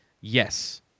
Yes